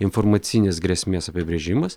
informacinės grėsmės apibrėžimas